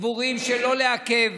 שאין לעכב,